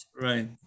Right